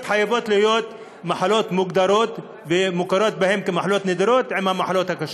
חייבות להיות מחלות מוגדרות שיהיו מוכרות כמחלות קשות.